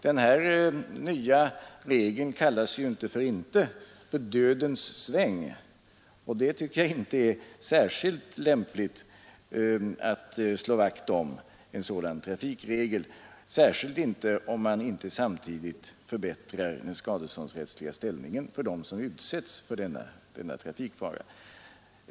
Den här nya regeln kallas ju inte för inte för ”dödens sväng”, och jag tycker inte det är särskilt lämpligt att slå vakt om en sådan trafikregel, särskilt om man inte samtidigt förbättrar den skadeståndsrättsliga ställningen för dem som utsätts för denna trafikfara.